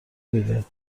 میده